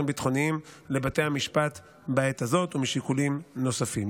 ביטחוניים לבתי המשפט בעת הזאת ומשיקולים נוספים.